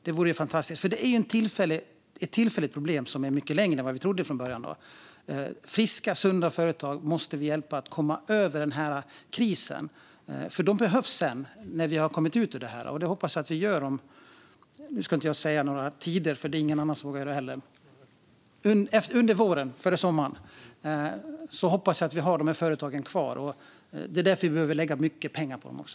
Det vore fantastiskt. Detta är ju ett tillfälligt problem som blivit långvarigare än vad vi trodde från början. Friska, sunda företag måste vi hjälpa att komma över krisen, för de behövs när vi kommer ut igen. Det hoppas jag att vi gör snart. Jag ska inte säga några tider, för det är ingen som vågar göra det, men under våren och före sommaren hoppas jag att vi har företagen kvar. Därför behöver vi lägga mycket pengar på dem också.